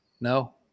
No